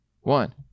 One